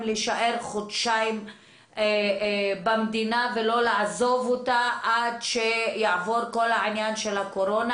להישאר חודשיים במדינה ולא לעזוב אותה עד שיעבור כל העניין של הקורונה,